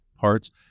parts